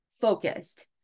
focused